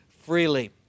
freely